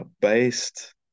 based